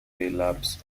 labs